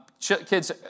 Kids